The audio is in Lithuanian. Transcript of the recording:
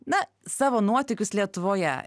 na savo nuotykius lietuvoje